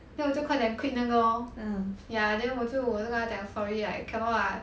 then 我就快点 quit 那个 lor ya then 我就我就跟他讲 sorry I cannot lah